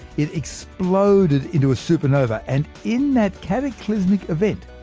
it exploded into a supernova and in that cataclysmic event,